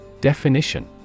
Definition